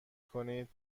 کنید